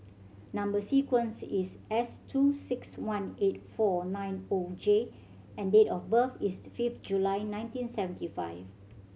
number sequence is S two six one eight four nine O J and date of birth is fifth July nineteen seventy five